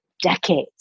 decades